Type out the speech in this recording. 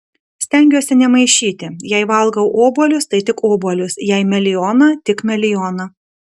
stengiuosi nemaišyti jei valgau obuolius tai tik obuolius jei melioną tik melioną